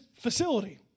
facility